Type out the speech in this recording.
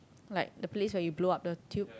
like the place where you blow up the tube